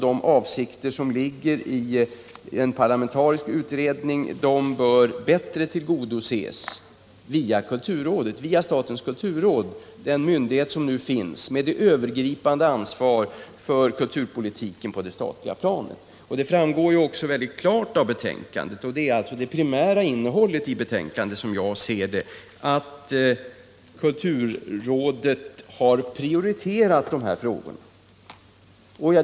De avsikter som ligger i en parlamentarisk utredning bör bättre tillgodoses via statens kulturråd, som har det övergripande ansvaret för kulturpolitiken på det statliga planet. Det primära är, som jag ser det, att det i betänkandet sägs att kulturrådet prioriterat de här frågorna.